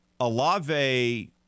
Alave